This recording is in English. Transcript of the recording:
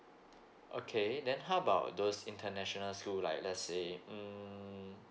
okay then how about those international school like let's say um